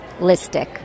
listic